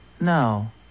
No